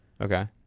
Okay